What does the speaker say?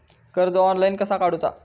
कर्ज ऑनलाइन कसा काडूचा?